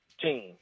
team